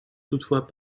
toutefois